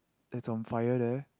is on fire there